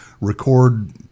record